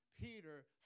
Peter